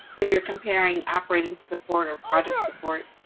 if you're comparing operating support or project support,